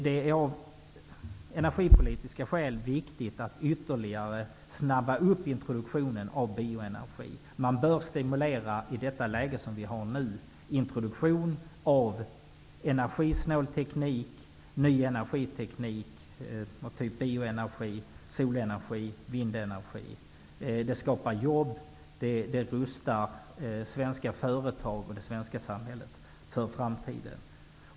Det är av energipolitiska skäl viktigt att ytterligare snabba på introduktionen av bioenergi. Man bör i det läge vi har nu stimulera introduktion av energisnål teknik, ny energiteknik av typen bioenergi, solenergi och vindenergi. Det skapar jobb, och det rustar svenska företag och det svenska samhället för framtiden.